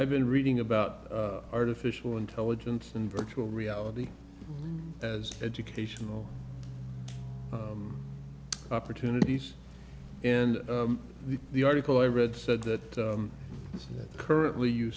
i've been reading about artificial intelligence in virtual reality as educational opportunities and the article i read said that currently you